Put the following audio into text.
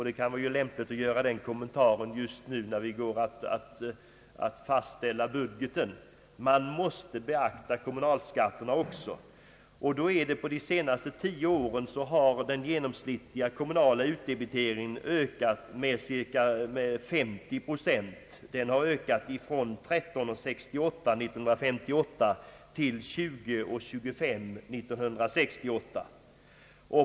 Det kan vara lämpligt att göra den kommentaren just nu när vi går att fastställa budgeten. Man måste också beakta kommunalskatterna. På de senaste tio åren har den genomsnittliga kommunala utdebiteringen ökat med 50 procent. Den har ökat från kronor 13:68 år 1958 till kronor 20: 25 år 1968.